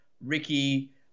Ricky